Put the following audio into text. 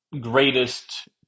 greatest